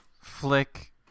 Flick